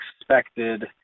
expected